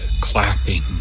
clapping